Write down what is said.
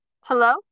Hello